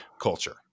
culture